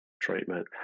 treatment